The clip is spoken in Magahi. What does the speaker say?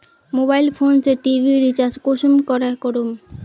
मोबाईल फोन से टी.वी रिचार्ज कुंसम करे करूम?